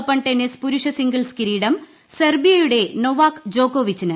open tennis പുരുഷ singles കിരീടം Serbia യുടെ നൊവാക് ജോക്കോവിച്ചിന്